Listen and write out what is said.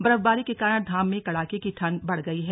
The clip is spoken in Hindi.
बर्फबारी के कारण धाम में कड़ाके की ठंड बढ़ गयी है